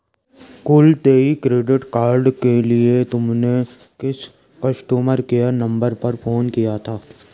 कुल देय credit card view के लिए तुमने किस कस्टमर केयर नंबर पर फोन किया था?